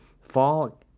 fall